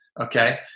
okay